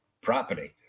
property